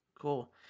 Cool